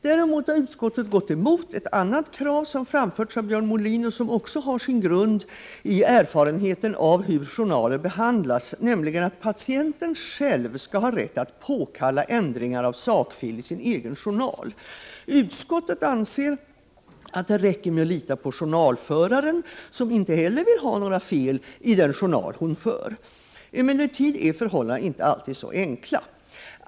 Däremot har utskottet gått emot ett annat krav som framförts av Björn Molin och som också har sin grund i erfarenheten av hur journaler behandlas, nämligen att patienten själv skall ha rätt att påkalla ändringar av sakfel i sin egen journal. Utskottet anser att det räcker med att lita på journalföraren, som inte heller vill ha några fel i den journal som förs. Emellertid är förhållandena inte alltid så enkla.